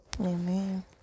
Amen